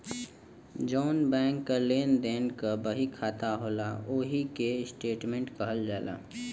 जौन बैंक क लेन देन क बहिखाता होला ओही के स्टेट्मेंट कहल जाला